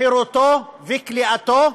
חירותו ולכליאתו,